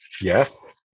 yes